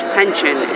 tension